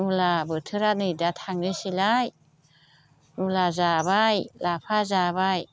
मुला बोथोरा नै दा थांनोसैलाय मुला जाबाय लाफा जाबाय